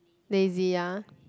lazy ah